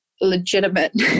legitimate